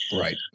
Right